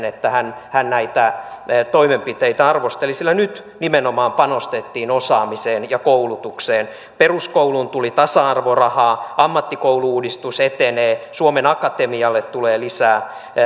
että edustaja viitanen näitä toimenpiteitä arvosteli sillä nyt nimenomaan panostettiin osaamiseen ja koulutukseen peruskouluun tuli tasa arvorahaa ammattikoulu uudistus etenee suomen akatemialle tulee lisää